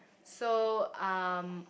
so um